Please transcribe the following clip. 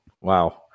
wow